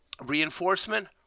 Reinforcement